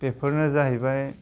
बेफोरनो जाहैबाय